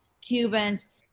Cubans